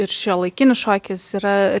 ir šiuolaikinis šokis yra